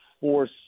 force